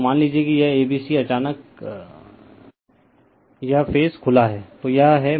तो मान लीजिए कि यह a b c अचानक यह यह फेज खुला है